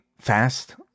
fast